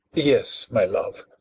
yes, my love.